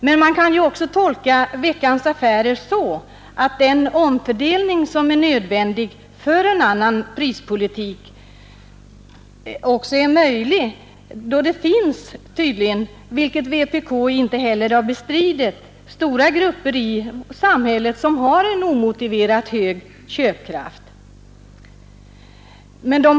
Och man kan ju också tolka Veckans Affärer så, att den omfördelning som är nödvändig för en annan prispolitik verkligen är möjlig, då det tydligen — vilket vpk inte heller har bestridit — finns stora grupper i samhället som har en omotiverat hög köpkraft.